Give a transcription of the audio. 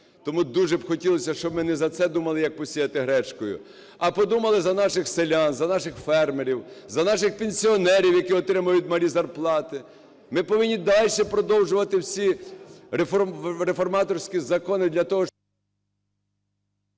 Тому дуже б хотілося, щоб ми не за це думали, як "посіяти" гречкою, а подумали за наших селян, за наших фермерів, за наших пенсіонерів, які отримують малі зарплати. Ми повинні далі продовжувати всі реформаторські закони для того…